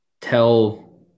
tell